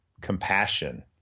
compassion